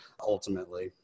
ultimately